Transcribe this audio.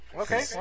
Okay